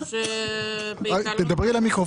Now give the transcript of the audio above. יש הוראת שעה של תיקון עכו, ובעיקרון היא הוארכה